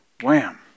Wham